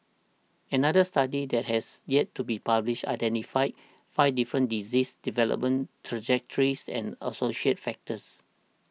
another study that has yet to be published identified five different disease development trajectories and associated factors